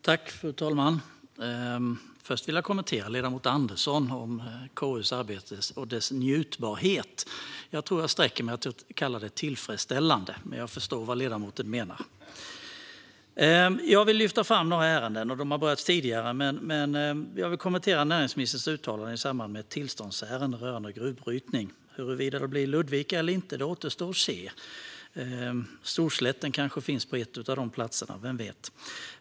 Fru talman! Först vill jag kommentera det ledamoten Andersson sa om KU:s arbete och dess njutbarhet. Jag tror att jag sträcker mig till att kalla det tillfredsställande, men jag förstår vad ledamoten menar. Jag vill lyfta fram några ärenden. De har berörts tidigare, men jag vill kommentera näringsministerns uttalanden i samband med ett tillståndsärende rörande gruvbrytning. Huruvida det blir Ludvika eller inte återstår att se. Storslätten kanske finns på en av de platserna; vem vet?